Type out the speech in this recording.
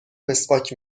مسواک